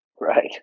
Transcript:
Right